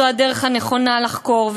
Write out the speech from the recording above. זו הדרך הנכונה לחקור,